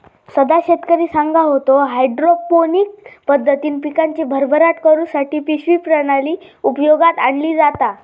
सदा शेतकरी सांगा होतो, हायड्रोपोनिक पद्धतीन पिकांची भरभराट करुसाठी पिशवी प्रणाली उपयोगात आणली जाता